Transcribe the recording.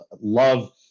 Love